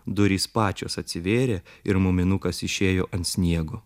durys pačios atsivėrė ir muminukas išėjo ant sniego